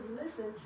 listen